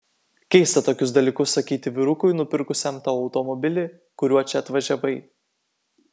keista tokius dalykus sakyti vyrukui nupirkusiam tau automobilį kuriuo čia atvažiavai